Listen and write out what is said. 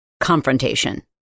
confrontation